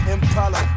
Impala